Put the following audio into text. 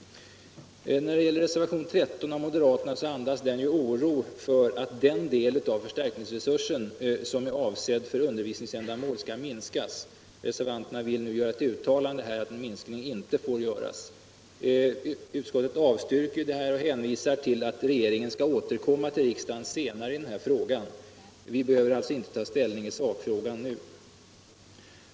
Reservationen 13 av moderaterna andas oro för att den del av förstärkningsresursen, som är avsedd för undervisningsändamål, skall minskas. Reservanterna önskar nu ett uttalande om att en minskning inte får göras. Utskottet avstyrker detta och hänvisar till att regeringen skall återkomma till riksdagen senare i den här frågan. Vi behöver alltså inte ta ställning i sakfrågan nu.